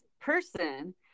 person